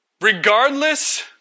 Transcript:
regardless